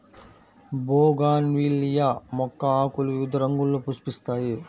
bougainvillea మొక్క ఆకులు వివిధ రంగుల్లో పుష్పిస్తాయి